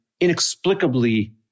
inexplicably